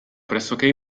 pressoché